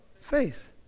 faith